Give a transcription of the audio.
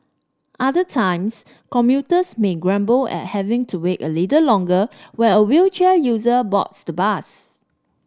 other times commuters may grumble at having to wait a little longer while a wheelchair user boards the bus